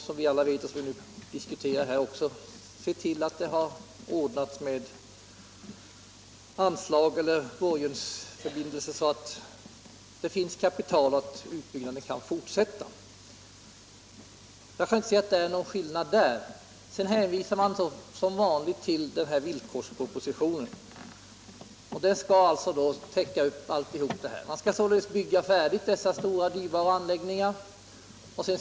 Som vi alla vet har regeringen sett till att det ordnas med anslag eller borgensförbindelser så att man har det kapital som behövs för att utbyggnaden skall kunna fortsätta. Jag kan alltså inte se att det där är någon skillnad. Sedan hänvisar man som vanligt till villkorspropositionen, som skall kunna klara allt. Dessa stora och dyrbara anläggningar skall alltså byggas färdiga.